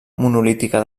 monolítica